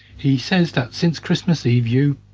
he says that since christmas eve you.